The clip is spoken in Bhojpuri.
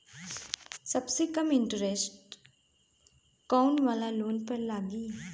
सबसे कम इन्टरेस्ट कोउन वाला लोन पर लागी?